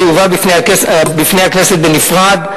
יובא בפני הכנסת בנפרד,